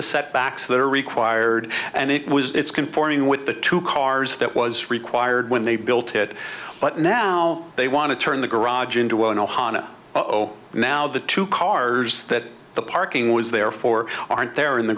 the setbacks that are required and it was conforming with the two cars that was required when they built it but now they want to turn the garage into an ohana oh now the two cars that the parking was there for aren't there in the